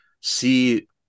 see